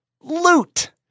loot